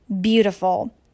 beautiful